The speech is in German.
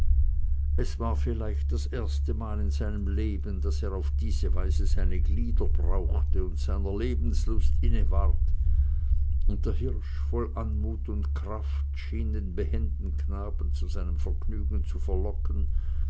es war vielleicht das erste mal in seinem leben daß er auf diese weise seine glieder brauchte und seiner lebenslust inne ward und der hirsch voll anmut und kraft schien den behenden knaben zu seinem vergnügen zu verlocken